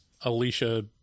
Alicia